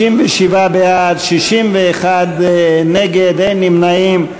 57 בעד, 61 נגד, אין נמנעים.